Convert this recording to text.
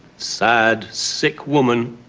sad, sick woman.